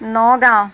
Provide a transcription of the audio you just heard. Nagaon